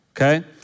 okay